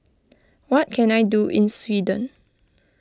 what can I do in Sweden